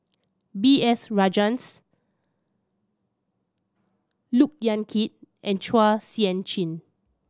B S Rajhans Look Yan Kit and Chua Sian Chin